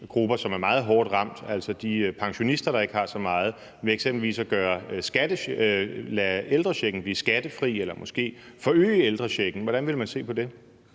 grupper, som er meget hårdt ramt, altså de pensionister, der ikke har så meget, ved f.eks. at lade ældrechecken blive skattefri eller måske forøge ældrechecken? Hvordan ville man se på det?